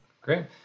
Great